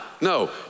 No